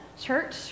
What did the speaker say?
Church